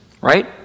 right